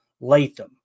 Latham